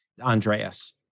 Andreas